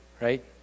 Right